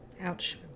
Ouch